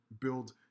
build